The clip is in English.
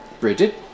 Bridget